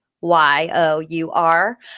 Y-O-U-R